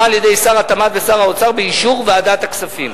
על-ידי שר התמ"ת ושר האוצר באישור ועדת הכספים.